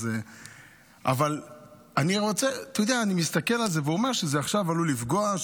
אבל אני מסתכל על זה ואומר שעכשיו זה עלול לפגוע,